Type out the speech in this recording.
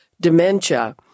dementia